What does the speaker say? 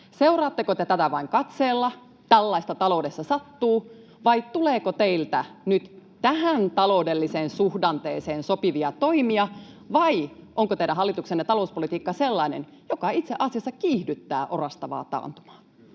Seuraatteko te tätä vain katseella — ”tällaista taloudessa sattuu” — vai tuleeko teiltä nyt tähän taloudelliseen suhdanteeseen sopivia toimia, vai onko teidän hallituksenne talouspolitiikka sellainen, joka itse asiassa kiihdyttää orastavaa taantumaa?